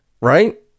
Right